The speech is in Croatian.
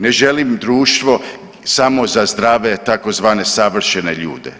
Ne želim društvo samo za zdrave, tzv. savršene ljude.